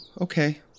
okay